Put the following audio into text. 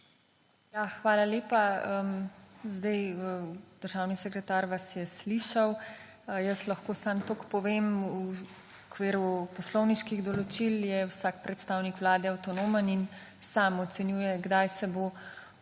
hvala lepa. Zdaj, državni sekretar vas je slišal. Jaz lahko samo toliko povem; v okviru poslovniških določil je vsak predstavnik Vlade avtonomen in sam ocenjuje, kdaj se bo oglasil